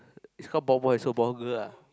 is called ball ball so ball girl ah